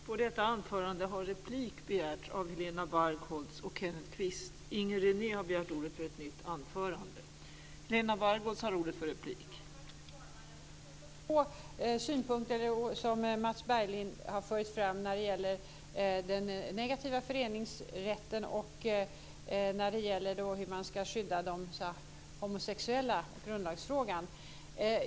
Fru talman! Jag vill bemöta två synpunkter som Mats Berglind har fört fram i grundlagsfrågan när det gäller den negativa föreningsrätten och hur man ska skydda de homosexuella.